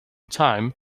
time